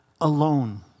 alone